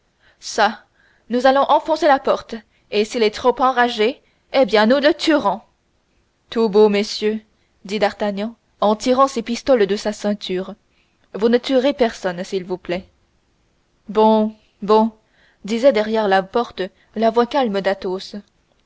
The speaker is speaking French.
ça nous allons enfoncer la porte et s'il est trop enragé eh bien nous le tuerons tout beau messieurs dit d'artagnan en tirant ses pistolets de sa ceinture vous ne tuerez personne s'il vous plaît bon bon disait derrière la porte la voix calme d'athos